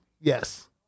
Yes